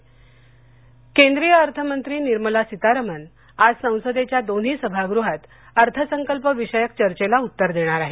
भाजपा केंद्रीय अर्थमंत्री निर्मला सीतारमन आज संसदेच्या दोन्ही सभागृहात अर्थसंकल्पविषयक चर्चेला उत्तर देणार आहेत